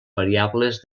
variables